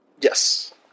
Yes